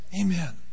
Amen